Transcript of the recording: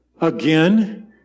again